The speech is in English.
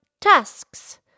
tusks